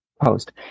post